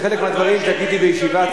חבר הכנסת אפללו, אתה לא חייב להשיב לה.